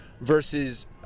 versus